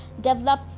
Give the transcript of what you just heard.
develop